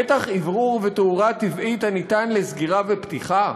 פתח אוורור ותאורה טבעית הניתן לסגירה ופתיחה?